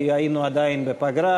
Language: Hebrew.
כי היינו עדיין בפגרה,